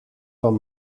van